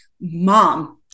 mom